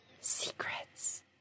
secrets